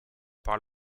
par